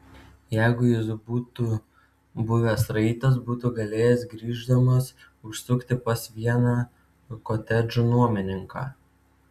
jeigu jis būtų buvęs raitas būtų galėjęs grįždamas užsukti pas vieną kotedžų nuomininką